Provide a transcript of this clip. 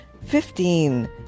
fifteen